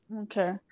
Okay